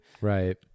right